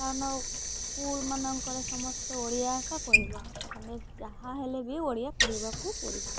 କାରଣ ସ୍କୁଲମାନଙ୍କରେ ସମସ୍ତେ ଓଡ଼ିଆ ଏକା କହିବ ତୁମେ ଯାହା ହେଲେ ବି ଓଡ଼ିଆ କହିବାକୁ ପଡ଼ିବ